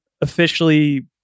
officially